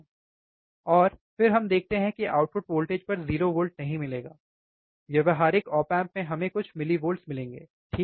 और फिर हम देखते हैं कि आउटपुट वोल्टेज पर 0 वोल्ट नहीं मिलेगा व्यावहारिक ऑप एम्प में हमें कुछ मिलीवोल्ट मिलेगा ठीक है